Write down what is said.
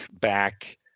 back